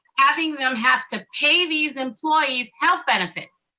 having them have to pay these employees health benefits.